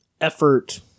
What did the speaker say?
effort